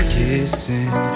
kissing